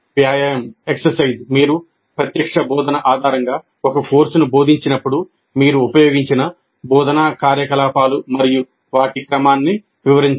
వ్యాయామం మీరు ప్రత్యక్ష బోధన ఆధారంగా ఒక కోర్సును బోధించినప్పుడు మీరు ఉపయోగించిన బోధనా కార్యకలాపాలు మరియు వాటి క్రమాన్ని వివరించండి